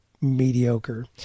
mediocre